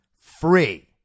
free